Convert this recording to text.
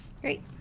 Great